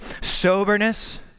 soberness